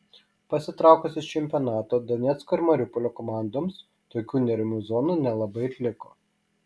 pasitraukus iš čempionato donecko ir mariupolio komandoms tokių neramių zonų nelabai ir liko